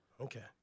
Okay